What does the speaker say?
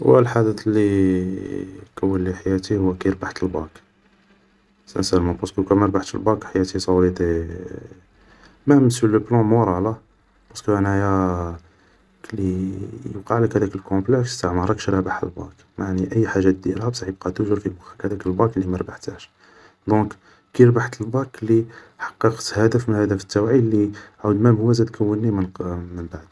هو الحدث اللي كونلي حياتي هو كي ربحت الباك, سانسارمون بارسكو و كان ماربحتش الباك حياتي صا اوري ايتي, مام سور لو بلون مورال, بارسكو هنايا كلي يوقعلك هاداك كومبلاكس تاع ماراكش رابح الباك, يعني أي حاجة ديرها بصح يبقى توجور في مخك هداك الباك اللي ما ربحتهش, دونك كلي كي ربحت الباك حققت هدف من الاهداف تاوعي لي زاد حتا هو كوني من بعد